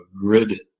grid